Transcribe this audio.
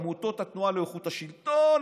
עמותת התנועה לאיכות השלטון,